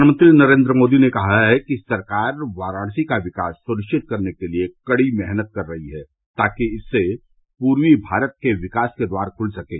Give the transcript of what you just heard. प्रधानमंत्री नरेंद्र मोदी ने कहा है कि सरकार वाराणसी का विकास सुनिश्चित करने के लिए कड़ी मेहनत कर रही है ताकि इससे पूर्वी भारत के विकास के द्वार खुल सकें